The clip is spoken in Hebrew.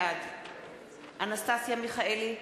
בעד אנסטסיה מיכאלי,